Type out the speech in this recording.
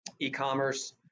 e-commerce